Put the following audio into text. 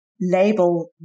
label